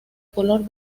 color